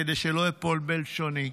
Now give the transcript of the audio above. כדי שלא אפול בלשוני.